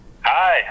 Hi